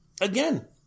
again